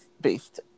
based